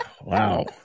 Wow